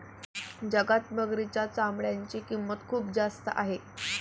जगात मगरीच्या चामड्याची किंमत खूप जास्त आहे